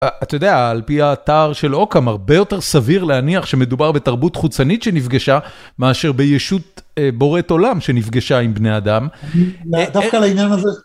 אתה יודע, על פי התער של אוקאם, הרבה יותר סביר להניח שמדובר בתרבות חוצנית שנפגשה, מאשר ביישות בוראת עולם שנפגשה עם בני אדם. דווקא לעניין הזה...